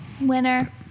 Winner